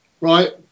right